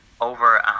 over